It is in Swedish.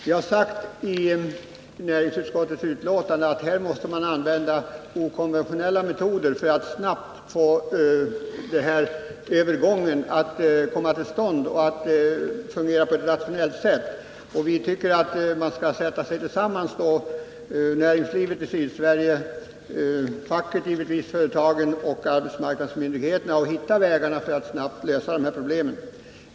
Vi har i näringsutskottets betänkande sagt att man måste använda okonventionella metoder för att snabbt få till stånd övergången och få den att fungera på ett rationellt sätt. Vi tycker att man skall sätta sig ned tillsammans —företrädare för näringslivet i Sydsverige, facket, företagen och arbetsmarknadsmyndigheterna — för att finna vägar att snabbt lösa de här problemen.